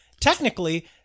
technically